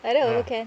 like that also can